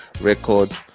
record